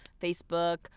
Facebook